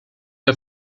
der